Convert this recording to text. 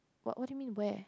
what would you mean where